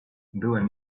byłem